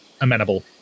amenable